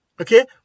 Okay